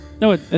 No